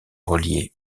relié